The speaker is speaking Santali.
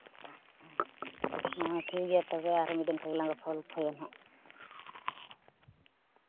ᱦᱚᱸ ᱴᱷᱤᱠᱜᱮᱭᱟ ᱛᱚᱵᱮ ᱟᱨ ᱢᱤᱫ ᱫᱤᱱ ᱚᱱᱠᱟ ᱜᱮᱞᱟᱝ ᱜᱚᱞᱯᱷᱚᱭᱟ ᱱᱟᱜ